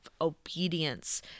obedience